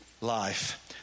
life